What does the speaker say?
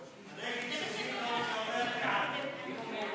דב חנין ויעל גרמן לסעיף 13 לא